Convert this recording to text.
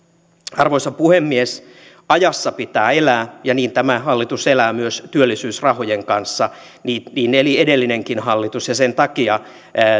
arvoisa puhemies ajassa pitää elää ja niin tämä hallitus elää myös työllisyysrahojen kanssa niin niin eli edellinenkin hallitus ja sen takia